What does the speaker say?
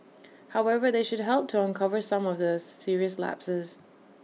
however they should help to uncover some of the serious lapses